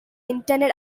internet